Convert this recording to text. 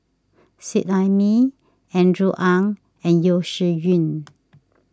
Seet Ai Mee Andrew Ang and Yeo Shih Yun